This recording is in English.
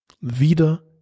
wieder